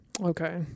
Okay